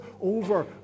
over